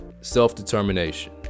Self-determination